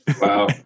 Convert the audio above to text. Wow